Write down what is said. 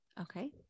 Okay